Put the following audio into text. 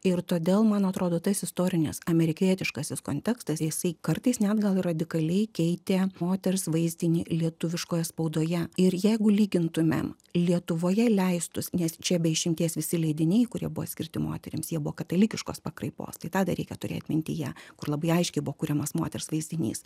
ir todėl man atrodo tas istorinis amerikietiškasis kontekstas jisai kartais net gal radikaliai keitė moters vaizdinį lietuviškoje spaudoje ir jeigu lygintumėm lietuvoje leistus nes čia be išimties visi leidiniai kurie buvo skirti moterims jie buvo katalikiškos pakraipos tai tą dar reikia turėt mintyje kur labai aiškiai buvo kuriamas moters vaizdinys